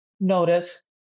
notice